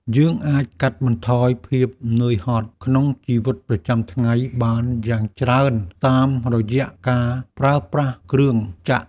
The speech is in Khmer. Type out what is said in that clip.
យើងអាចកាត់បន្ថយភាពនឿយហត់ក្នុងជីវិតប្រចាំថ្ងៃបានយ៉ាងច្រើនតាមរយៈការប្រើប្រាស់គ្រឿងចក្រ។